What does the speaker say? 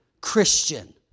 Christian